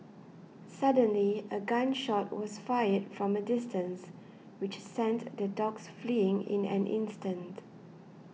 suddenly a gun shot was fired from a distance which sent the dogs fleeing in an instant